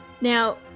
Now